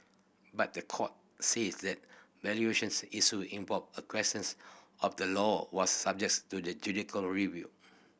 but the court said the valuations issue involved a questions of the law was subjects to the judicial review